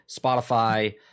Spotify